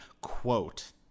quote